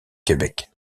québec